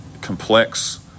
complex